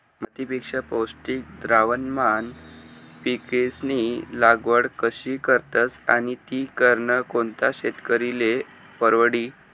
मातीपेक्षा पौष्टिक द्रावणमा पिकेस्नी लागवड कशी करतस आणि ती करनं कोणता शेतकरीले परवडी?